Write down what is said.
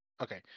Okay